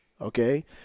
okay